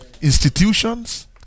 Institutions